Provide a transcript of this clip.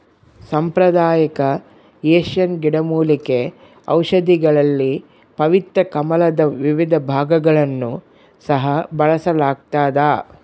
ಸಾಂಪ್ರದಾಯಿಕ ಏಷ್ಯನ್ ಗಿಡಮೂಲಿಕೆ ಔಷಧಿಗಳಲ್ಲಿ ಪವಿತ್ರ ಕಮಲದ ವಿವಿಧ ಭಾಗಗಳನ್ನು ಸಹ ಬಳಸಲಾಗ್ತದ